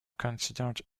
considered